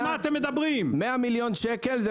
100 מיליון שקל.